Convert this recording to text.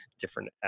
different